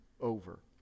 over